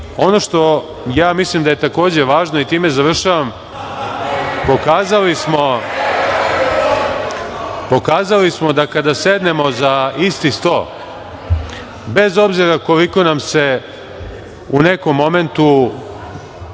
što ja mislim da je takođe važno, i time završavam, pokazali smo da kada sednemo za isti sto, bez obzira koliko nam se u nekom momentu